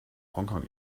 hongkong